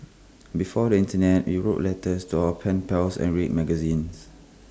before the Internet we wrote letters to our pen pals and read magazines